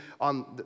on